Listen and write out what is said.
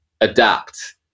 adapt